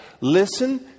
Listen